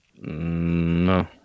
no